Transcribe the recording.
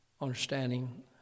understanding